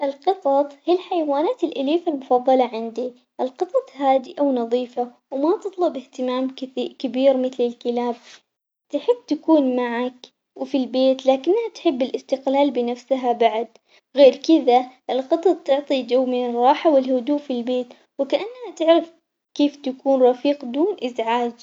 القطط هي الحيوانات الأليفة المفضلة عندي، القطط هادئة ونظيفة وما تطلب اهتمام كثي- كبير مثل الكلاب، تحب تكون معك وفي البيت لكنها تحب الاستقلال بنفسها بعد، غير كذا القطط تعطي جو من الراحة والهدوء في البيت وكأنها تعرف كيف تكون رفيق دون ازعاج.